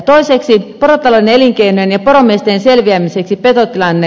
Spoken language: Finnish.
toiseksi porotalouden elinkeinojen ja miten selviän silti tämä tilanne